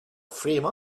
frame